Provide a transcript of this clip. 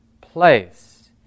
place